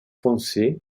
foncée